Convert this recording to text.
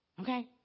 Okay